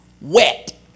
wet